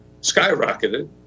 skyrocketed